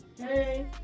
Hey